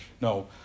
No